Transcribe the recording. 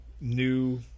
new